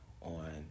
on